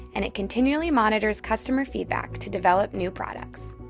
and it continually monitors customer feedback to develop new products.